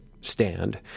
stand